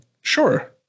Sure